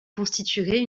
constituerait